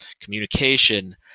communication